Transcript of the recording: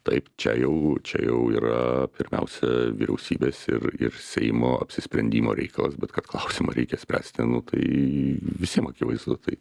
taip čia jau čia jau yra pirmiausia vyriausybės ir ir seimo apsisprendimo reikalas bet kad klausimą reikia spręsti nu tai visiem akivaizdu tai